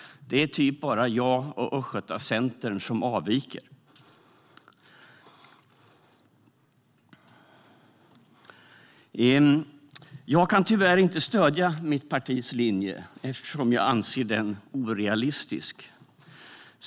Det är typ bara jag och östgötacentern som avviker. Jag kan tyvärr inte stödja mitt partis linje eftersom jag anser den orealistisk.